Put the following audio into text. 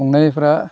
संनायफ्रा